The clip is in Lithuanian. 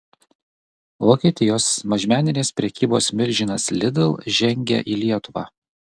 vokietijos mažmeninės prekybos milžinas lidl žengia į lietuvą